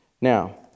Now